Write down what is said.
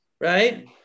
right